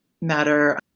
Matter